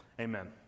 Amen